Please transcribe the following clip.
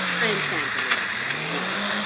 i am sanguine enough to think not.